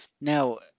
Now